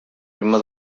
ritme